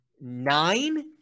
Nine